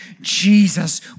Jesus